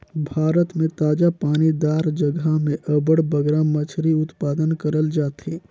भारत में ताजा पानी दार जगहा में अब्बड़ बगरा मछरी उत्पादन करल जाथे